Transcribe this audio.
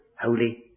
holy